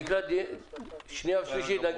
לקראת הקריאה השנייה והשלישית אם נגיע